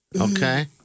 Okay